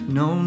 no